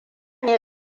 ne